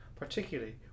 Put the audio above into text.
particularly